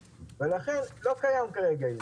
לכן לא קיים כרגע איזון.